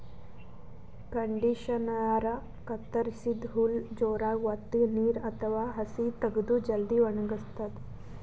ಕಂಡಿಷನರಾ ಕತ್ತರಸಿದ್ದ್ ಹುಲ್ಲ್ ಜೋರಾಗ್ ವತ್ತಿ ನೀರ್ ಅಥವಾ ಹಸಿ ತಗದು ಜಲ್ದಿ ವಣಗಸ್ತದ್